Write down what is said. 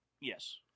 Yes